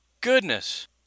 goodness